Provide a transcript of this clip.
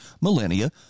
millennia